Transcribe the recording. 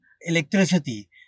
electricity